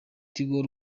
tigo